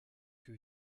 que